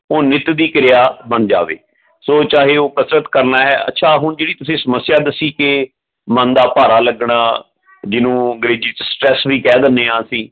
ਉਹ ਨਿਤ ਦੀ ਕਿਰਿਆ ਬਣ ਜਾਵੇ ਸੋ ਚਾਹੇ ਉਹ ਕਸਰਤ ਕਰਨਾ ਹੈ ਅੱਛਾ ਹੁਣ ਜਿਹੜੀ ਤੁਸੀਂ ਸਮੱਸਿਆ ਦੱਸੀ ਕਿ ਮਨ ਦਾ ਭਾਰਾ ਲੱਗਣਾ ਜਿਹਨੂੰ ਅੰਗਰੇਜ਼ੀ 'ਚ ਸਟਰੈਸ ਵੀ ਕਹਿ ਦਿੰਦੇ ਆ ਅਸੀਂ